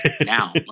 Now